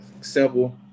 simple